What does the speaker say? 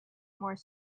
more